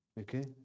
Okay